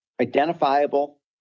identifiable